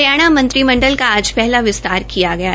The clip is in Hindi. हरियाणा मंत्रिमंडल का पहला विस्तार किया गया है